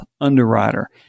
Underwriter